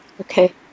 Okay